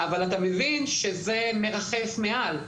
אבל אתה מבין שזה מרחף מעל.